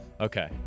Okay